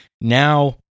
now